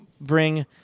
bring